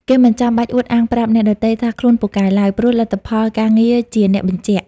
គេមិនចាំបាច់អួតអាងប្រាប់អ្នកដទៃថាខ្លួនពូកែឡើយ ព្រោះលទ្ធផលការងារជាអ្នកបញ្ជាក់។